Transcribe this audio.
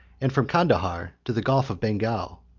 and from candahar to the gulf of bengal.